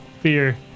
fear